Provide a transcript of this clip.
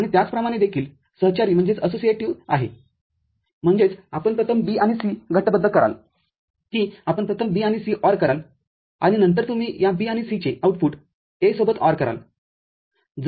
आणि त्याचप्रमाणे देखील सहचारीआहेम्हणजेचआपण प्रथम B आणि C गटबद्ध कराल की आपण प्रथम B आणि C ORकरालआणि नंतर तुम्ही या B आणि C चे आउटपुट A सोबत OR कराल